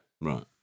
Right